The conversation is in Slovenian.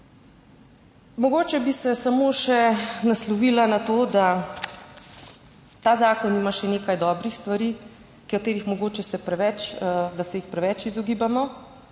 Mogoče bi se samo še naslonila na to, da ta zakon ima še nekaj dobrih stvari, katerih mogoče se preveč, da se jih preveč izogibamo.